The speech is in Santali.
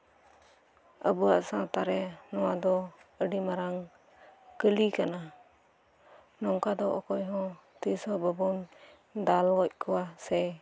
ᱟᱵᱚᱣᱟᱜ ᱥᱟᱶᱛᱟ ᱨᱮ ᱱᱚᱣᱟ ᱫᱚ ᱟᱹᱰᱤ ᱢᱟᱨᱟᱝ ᱠᱟᱹᱞᱤ ᱠᱟᱱᱟ ᱱᱚᱝᱠᱟ ᱫᱚ ᱚᱠᱚᱭ ᱦᱚᱸ ᱛᱤᱥ ᱦᱚᱸ ᱵᱟᱵᱚᱱ ᱫᱟᱞ ᱜᱚᱡ ᱠᱚᱣᱟ ᱥᱮ